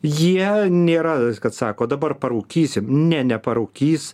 jie nėra kad sako dabar parūkysim ne neparūkys